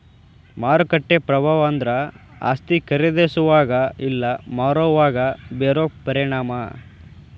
ಮಾರುಕಟ್ಟೆ ಪ್ರಭಾವ ಅಂದ್ರ ಆಸ್ತಿ ಖರೇದಿಸೋವಾಗ ಇಲ್ಲಾ ಮಾರೋವಾಗ ಬೇರೋ ಪರಿಣಾಮ